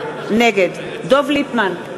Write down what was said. נגד דב ליפמן,